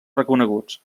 reconeguts